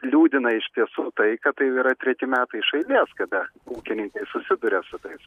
liūdina iš tiesų tai kad tai jau yra treti metai iš ailės kada ūkininkai susiduria su tais